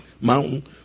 mountain